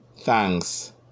thanks